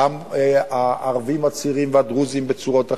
גם הערבים הצעירים והדרוזים בצורות אחרות,